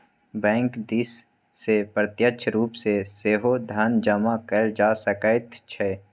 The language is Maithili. बैंक दिससँ प्रत्यक्ष रूप सँ सेहो धन जमा कएल जा सकैत छै